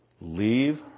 Leave